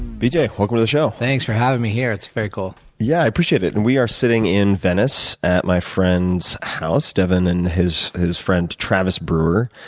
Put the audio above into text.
yeah welcome to the show. thanks for having me here. it's very cool. yeah, i appreciate it and we are sitting in venice at my friend's house devon and his his friend travis brewer,